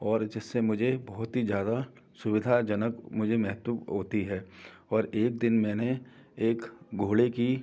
और जिससे मुझे बहुत ही ज़्यादा सुविधाजनक मुझे महसूस होती है और एक दिन मैंने एक घोड़े की